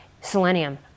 selenium